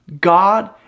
God